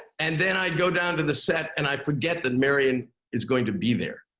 and then i'd go down to the set, and i'd forget that marion is going to be there,